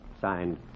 Signed